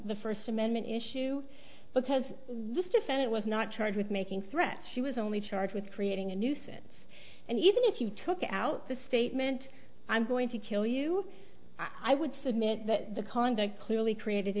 the first amendment issue because this defendant was not charged with making threats she was only charged with creating a nuisance and even if you took out the statement i'm going to kill you i would submit that the conduct clearly created a